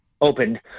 opened